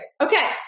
Okay